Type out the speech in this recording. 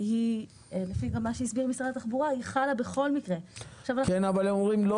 עובד משרד התחבורה והבטיחות בדרכים או